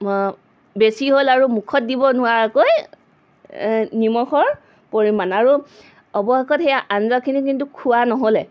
বেছি হ'ল আৰু মুখত দিব নোৱাৰাকৈ নিমখৰ পৰিমাণ আৰু অৱশেষত সেয়া আঞ্জাখিনি কিন্তু খোৱা নহ'লে